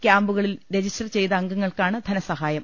ക്യാമ്പുകളിൽ രജിസ്റ്റർ ചെയ്ത അംഗങ്ങൾക്കാണ് ധനസഹായം